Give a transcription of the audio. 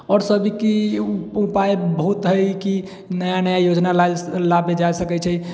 आओर सब की उपाए बहुत हइ कि नया नया योजना लाबए जा सकैत छै